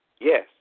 yes